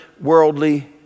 worldly